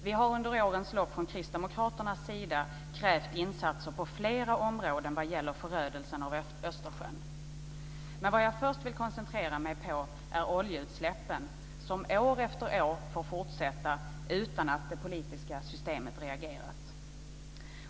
Vi har under årens lopp från kristdemokraternas sida krävt insatser på flera områden vad gäller förödelsen av Östersjön, men vad jag först vill koncentrera mig på är oljeutsläppen, som år efter år fått fortsätta utan att det politiska systemet reagerat.